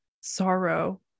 sorrow